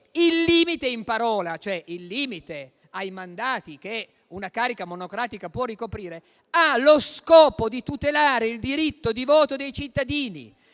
il limite in parola, cioè il limite ai mandati che una carica monocratica può ricoprire, ha lo scopo di tutelare il diritto di voto dei cittadini,